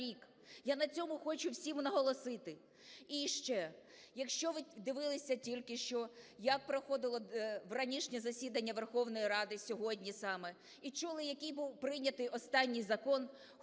я на цьому хочу всім наголосити. І ще, якщо ви дивилися тільки що, як проходило вранішнє засідання Верховної Ради сьогодні, саме чули, який був прийнятий останній закон,